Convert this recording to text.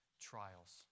trials